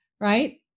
right